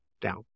Down